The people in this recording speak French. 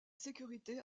sécurité